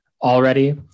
already